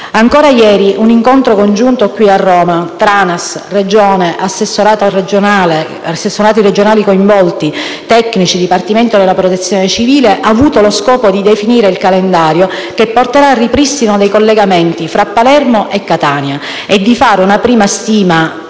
Ancora ieri, un incontro congiunto qui a Roma tra ANAS, Regione, assessorati regionali coinvolti, tecnici e Dipartimento della protezione civile ha avuto lo scopo di definire il calendario che porterà al ripristino dei collegamenti fra Palermo e Catania e di fare una prima stima